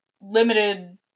limited